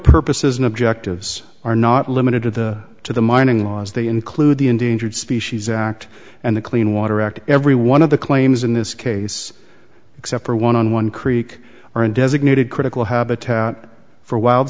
purposes and objectives are not limited to the to the mining laws they include the endangered species act and the clean water act every one of the claims in this case except for one on one creek or in designated critical habitat for wild